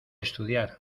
estudiar